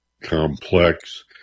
complex